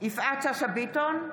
יפעת שאשא ביטון,